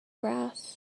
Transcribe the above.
grass